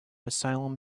asylum